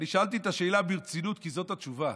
אני שאלתי את השאלה ברצינות כי זאת התשובה,